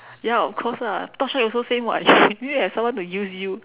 ya of course lah torchlight also same [what] you need to have someone to use you